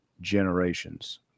generations